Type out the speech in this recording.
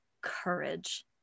courage